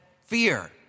fear